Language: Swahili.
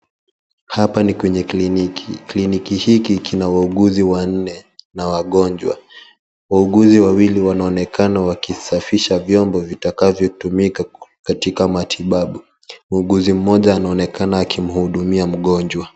Hapa ni kliniki kliniki hiki kina wauguzi wanne na wagonjwa wauguzi wawili wanaonekana Wakisafisha vyombo vitakavyotumika Katika matibabu muuguzi mmoja anaonekana akimhudumia mgonjwa.